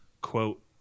Quote